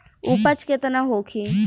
उपज केतना होखे?